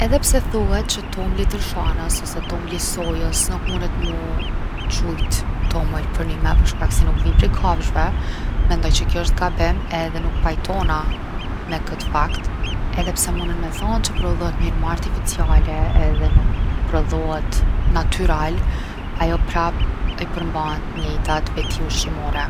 Edhe pse thuhet që tomli i tërshanës ose tomli i sojës nuk munet mu qujt tomël përnime për shkak se nuk vijnë prej kafshve, menoj që kjo osht gabim edhe nuk pajtona me kët fakt. Edhe pse munen me than që prodhohet n’mnyra ma artificiale edhe nuk prodhohet natyral, ajo prap i përmban t’njejtat veti ushqimore.